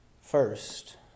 first